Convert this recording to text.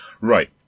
Right